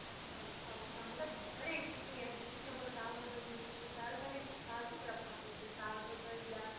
आसरा ओह्का ओह्का मतलब बड़े बूह्टे पर साग होंदा जमीन पर साग साढ़े इत्थै साग बड़ा पसंद करदे साग ढोड्डा होई गेआ